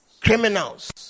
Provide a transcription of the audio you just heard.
Criminals